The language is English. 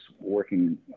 working